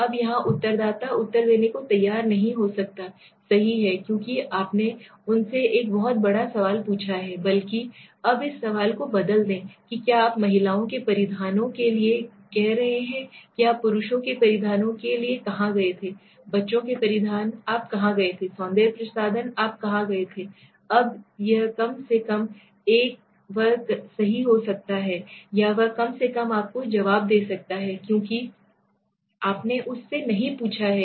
अब यहाँ उत्तरदाता उत्तर देने को तैयार नहीं हो सकता है सही है क्योंकि आपने उनसे एक बहुत बड़ा सवाल पूछा है बल्कि अब इस सवाल को बदल दें कि क्या आप महिलाओं के परिधानों के लिए कह रहे हैं कि आप पुरुषों के परिधान के लिए कहां गए थे बच्चों के परिधान आप कहाँ गए थे सौंदर्य प्रसाधन आप कहाँ गए थे अब यह कम है कम से कम वह सही हो सकता है या वह कम से कम आपको जवाब दे सकता है क्योंकि आपने उससे नहीं पूछा है